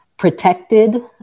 protected